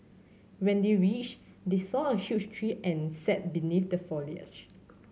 when they reached they saw a huge tree and sat beneath the foliage